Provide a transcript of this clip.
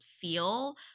feel